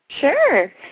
sure